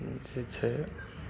जे छै